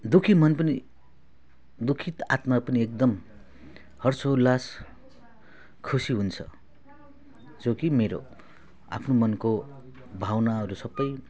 दुःखी मन पनि दुःखी आत्मा पनि एकदम हर्षोल्लास खुसी हुन्छ जो कि मेरो आफ्नो मनको भावनाहरू सब